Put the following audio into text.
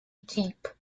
deep